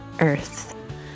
Earth